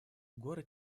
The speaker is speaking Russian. горы